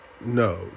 No